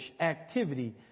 activity